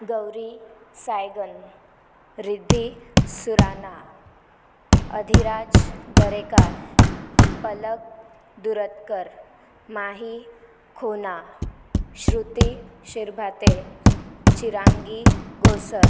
Gauri Saigan Riddhi Surana Adhiraj Darekar Palak Duratkar Mahi Khona Shruti Shirbhate Chirangi Ghosar